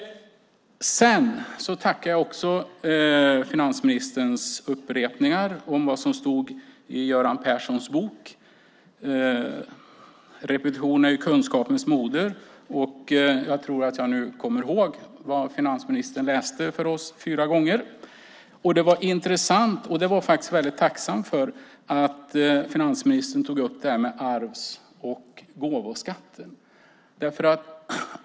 Sedan tackar jag också finansministern för hans upprepningar av vad som stod i Göran Perssons bok. Repetition är kunskapens moder. Jag tror att jag nu kommer ihåg vad finansministern läste för oss fyra gånger. Det var intressant. Jag är väldigt tacksam för att finansministern tog upp arvs och gåvoskatten.